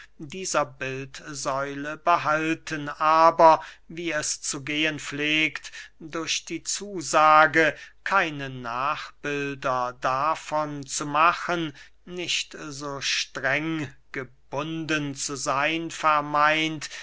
dieser bildsäule behalten aber wie es zu gehen pflegt durch die zusage keine nachbilder davon zu machen nicht so streng gebunden zu seyn